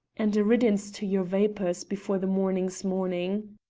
and a riddance to your vapours before the morning's morning.